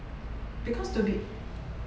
because to be